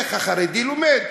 איך החרדי לומד.